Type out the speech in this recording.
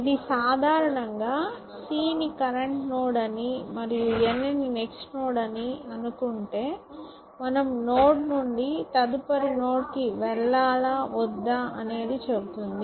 ఇది సాధారణంగా c ని కరెంటు నోడ్ అని మరియు n ని నెక్స్ట్ నోడ్ అని అనుకుంటే మనం నోడ్ నుండి తదుపరి నోడ్కు వెళ్లాలా వద్దా అనేది చెబుతుంది